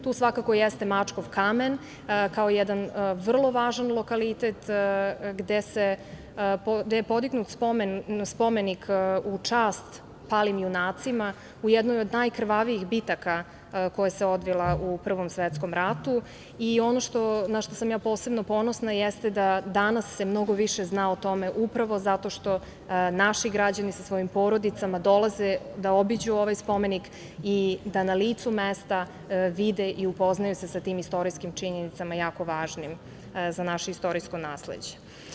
Tu svakako jeste Mačkov kamen, kao jedan vrlo važan lokalitet gde je podignut spomenik u čast palim junacima u jednoj od najkrvavijih bitki koja se odvila u Prvom svetskom ratu i ono na šta sam posebno ponosna jeste da danas se mnogo više zna o tome upravo zato što naši građani sa svojim porodicama dolaze da obiđu ovaj spomenik i da na licu mesta vide i upoznaju se sa tim istorijskim činjenicama jako važnim za naše istorijsko nasleđe.